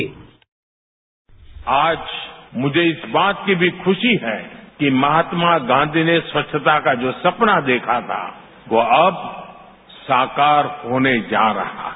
sound bite आज मुझे इस बात की भी खुशी है कि महात्मा गांधी ने स्वच्छता का जो सपना देखा था वो अब साकार होने जा रहा है